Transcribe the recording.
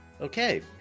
Okay